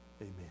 Amen